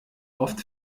oft